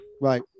Right